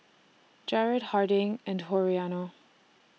Jarred Harding and Toriano